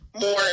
more